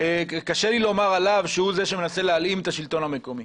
קשה לי לומר עליו שהוא מנסה להלאים את השלטון המקומי.